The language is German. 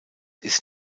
ist